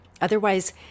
otherwise